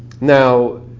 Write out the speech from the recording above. Now